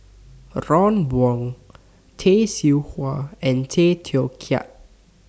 Ron Wong Tay Seow Huah and Tay Teow Kiat